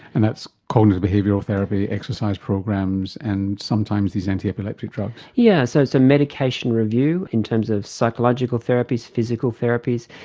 and that's cognitive behavioural therapy, exercise programs and sometimes these antiepileptic drugs. yes, yeah so so medication review in terms of psychological therapies, physical therapies.